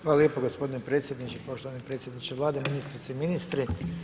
Hvala lijepo gospodine predsjedniče, poštovani predsjedniče Vlade, ministrice i ministri.